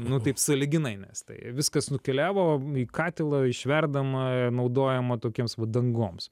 nu taip sąlyginai nes tai viskas nukeliavo į katilą išverdama naudojama tokiems va dangoms